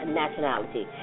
nationality